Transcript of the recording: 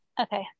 okay